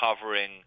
covering